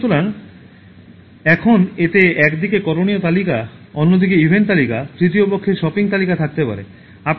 সুতরাং এখন এতে একদিকে করণীয় তালিকা অন্যদিকে ইভেন্ট তালিকা তৃতীয় পক্ষের শপিং তালিকা থাকতে পারে